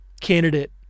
candidate